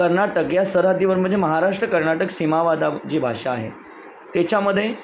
कर्नाटक या सरहद्दीवर म्हणजे महाराष्ट्र कर्नाटक सीमावादा जी भाषा आहे त्याच्यामध्ये